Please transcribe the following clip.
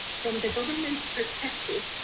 from the government's' perspective,